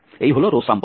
এই হল row sum পদ্ধতি